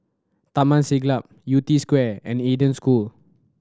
Taman Siglap Yew Tee Square and Eden School